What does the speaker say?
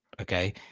Okay